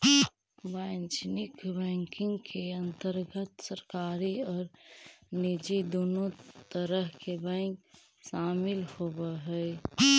वाणिज्यिक बैंकिंग के अंतर्गत सरकारी आउ निजी दुनों तरह के बैंक शामिल होवऽ हइ